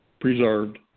preserved